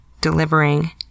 delivering